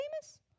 famous